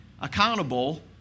accountable